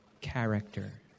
character